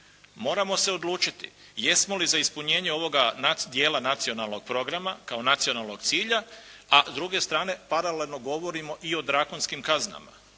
moramo se odlučiti jesmo li za ispunjenje ovoga dijela nacionalnog programa kao nacionalnog cilja, a s druge strane paralelno govorimo i od …/Govornik se ne